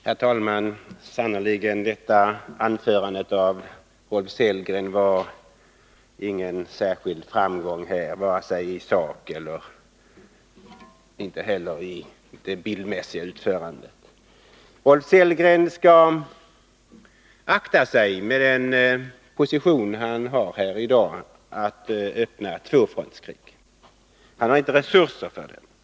Herr talman! Detta anförande av Rolf Sellgren var sannerligen ingen särskild framgång, vare sig i sak eller i det bildmässiga utförandet. Rolf Sellgren skall akta sig — med den position han har här i dag — att öppna tvåfrontskrig. Han har inte resurser för det.